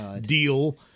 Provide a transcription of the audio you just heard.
deal